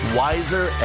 wiser